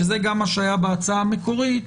שזה גם מה שהיה בהמלצה המקורית,